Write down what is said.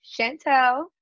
Chantel